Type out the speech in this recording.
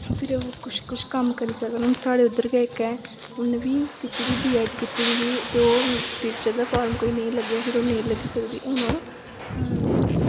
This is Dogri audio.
फिर कुछ कुछ कम्म करी सकन हून साढ़े इद्धर गै इक ऐ उन्न बी कीती दी बी ऐड कीती दी ही ते ओह् टीचर दा फार्म कोई नेईं लग्गेआ फिर नेईं लग्गी सकदी हून ओह्